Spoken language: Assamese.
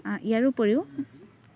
ইয়াৰোপৰিও